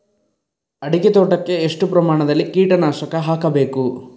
ಅಡಿಕೆ ತೋಟಕ್ಕೆ ಎಷ್ಟು ಪ್ರಮಾಣದಲ್ಲಿ ಕೀಟನಾಶಕ ಹಾಕಬೇಕು?